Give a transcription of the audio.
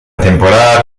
temporada